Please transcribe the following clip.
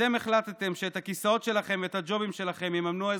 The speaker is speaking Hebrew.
אתם החלטתם שאת הכיסאות שלכם ואת הג'ובים שלכם יממנו האזרחים,